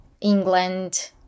England